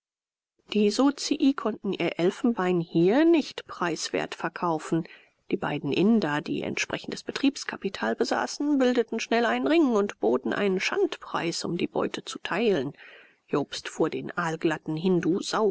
die sozii konnten ihr elfenbein hier nicht preiswert verkaufen die beiden inder die entsprechendes betriebskapital besaßen bildeten schnell einen ring und boten einen schandpreis um die beute zu teilen jobst fuhr den ölglatten hindu